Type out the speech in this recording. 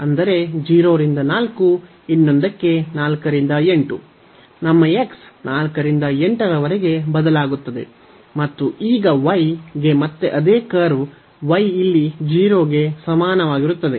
ಅಂದರೆ 0 ರಿಂದ 4 ಇನ್ನೊಂದಕ್ಕೆ 4 ರಿಂದ 8 ನಮ್ಮ x 4 ರಿಂದ 8 ರವರೆಗೆ ಬದಲಾಗುತ್ತದೆ ಮತ್ತು ಈಗ y ಗೆ ಮತ್ತೆ ಅದೇ ಕರ್ವ್ y ಇಲ್ಲಿ 0 ಗೆ ಸಮಾನವಾಗಿರುತ್ತದೆ